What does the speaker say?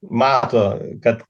mato kad